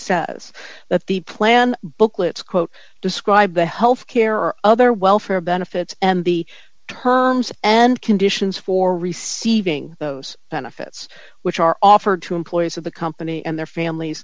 says that the plan booklets quote describe the health care or other welfare benefits and the terms and conditions for receiving those benefits which are offered to employees of the company and their families